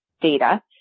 data